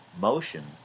motion